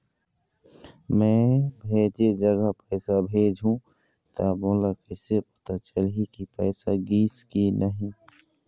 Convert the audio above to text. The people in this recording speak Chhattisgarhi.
मैं भेजे जगह पैसा भेजहूं त मोला कैसे पता चलही की पैसा गिस कि नहीं?